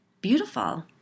Beautiful